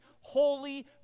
holy